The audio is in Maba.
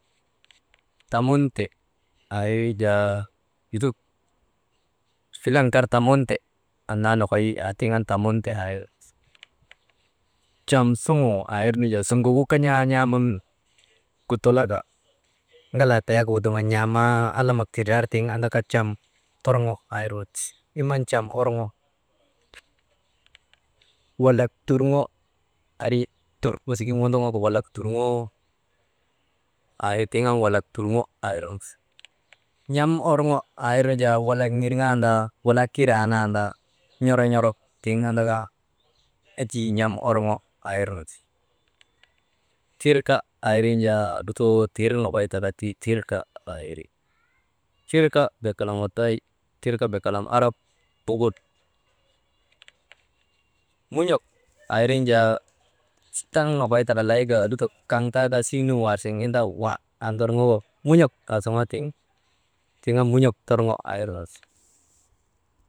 Tamun te aa ir nu jaa lutok filan kar tamun te, annaa nokoy haa tiŋ an tamunte aa cam suŋuu aa irnu jaa suŋogu kan̰aa n̰aaman gutulaka ŋalaa tayaka wuduŋan n̰aamaa alamak tindriyar tiŋ andaka cam torŋo aa irnu ti, iman cam orŋo, walak turŋo arii wasigin wondoŋaka walak turŋoo aa ir tiŋ andaka walak turŋoo aa irnu ti, n̰am orŋo aa irnu jaa walak nirŋandaa walaa kiraa nandaa, n̰oro n̰oro tiŋ andaka, enjii n̰am orŋo aa irnu ti, tirka aa irnu jaa lutoo tir nokoy tiŋ andaka tirka aa iri, tirka bee kalam waday tirka bee kalam arab bugul. Mun̰ok aa irnu jaa taŋ nokoy taka layka lutok kaŋ taa kaa siŋ nun war siŋen anda wa aa ndorŋaka mun̰ok aa zoŋoo tiŋ, tiŋ an mun̰ok torŋo aa irnu ti.